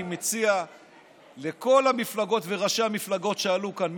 אני מציע לכל המפלגות וראשי המפלגות שעלו כאן,